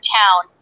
town